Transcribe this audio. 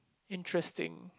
interesting